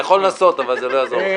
אתה יכול לנסות אבל זה לא יעזור לך.